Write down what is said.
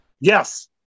Yes